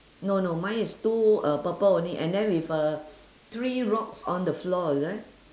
no no mine is two uh purple only and then with uh three rocks on the floor is it